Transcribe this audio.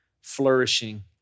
flourishing